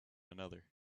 another